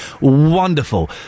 wonderful